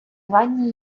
звані